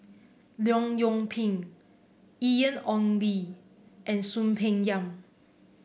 Leong Yoon Pin Ian Ong Li and Soon Peng Yam